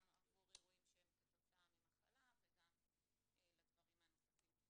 גם עבור אירועים שהם כתוצאה ממחלה וגם לדברים הנוספים.